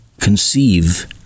conceive